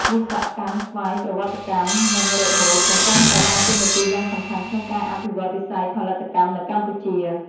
វិស្វកម្មស្វ័យប្រវត្តិកម្ម និងរ៉ូបូតកំពុងតែដើរតួនាទីយ៉ាងសំខាន់ក្នុងការអភិវឌ្ឍវិស័យផលិតកម្មនៅកម្ពុជា។